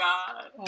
God